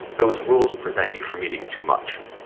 those rules prevent you from eating too much